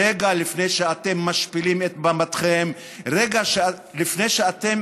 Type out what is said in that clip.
רגע לפני שאתם משפילים את מבטכם, רגע לפני שאתם